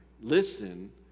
Listen